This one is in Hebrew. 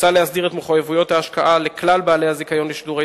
מוצע להסדיר את מחויבויות ההשקעה לכלל בעלי הזיכיון לשידורי